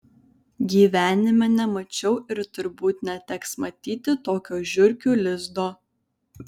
gyvenime nemačiau ir turbūt neteks matyti tokio žiurkių lizdo